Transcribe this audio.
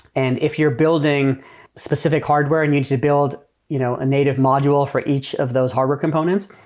and if you're building specific hardware and you need to build you know a native module for each of those hardware components,